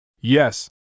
yes